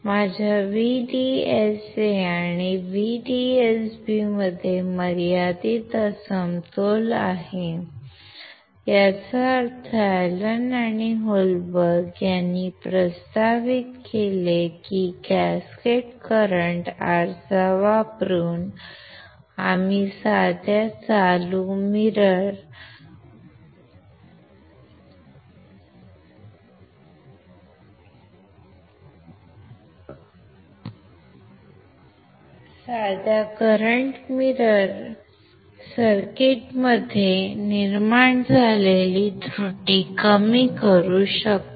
माझ्या VDSA आणि VDSB मध्ये मर्यादित असमतोल आहे याचा अर्थ अॅलन आणि होलबर्ग यांनी प्रस्तावित केले की कॅस्केड करंट आरसा वापरून आम्ही साध्या चालू मिरर सर्किटमध्ये निर्माण झालेली त्रुटी कमी करू शकतो